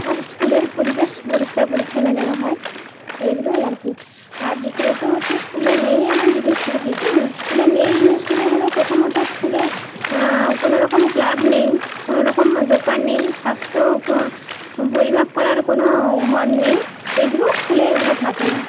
আর স্কুলের পরিবেশ পরিষ্কার পরিচ্ছন্ন যেন হয় এইগুলোই আর কি আর দ্বিতীয়ত হচ্ছে স্কুলে নেই এমন জিনিসগুলো কি কি স্কুলে নেই জিনিসগুলো হলো প্রথমত স্কুলে কোনো রকম ক্লাব নেই কোনো রকম দোকান নেই স্বাস্থ্য পরিমাপ করার কোনো ঘর নেই এইগুলো স্কুলে ওগুলা থাকে না